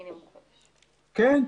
כן.